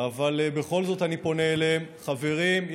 אבל בכל זאת אני פונה אליהם: חברים,